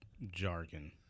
jargon